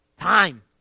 time